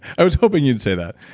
i was hoping you'd say that